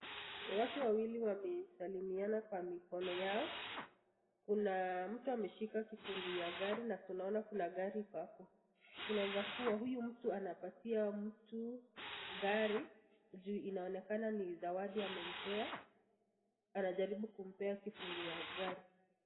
Watu wawili wamesalimiana kwa mikono yao. Kuna mtu ameshika kufunguu ya gari na tunaona kuna gari iko hapo. Inaeza kuwa huyu mtu anapatia mtu gari juu inaonekana ni zawadi amempea. Anajaribu kumpea kifunguu ya gari.